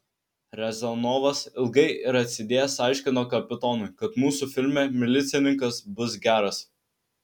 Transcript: riazanovas ilgai ir atsidėjęs aiškino kapitonui kad mūsų filme milicininkas bus geras